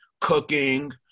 cooking